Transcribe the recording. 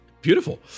Beautiful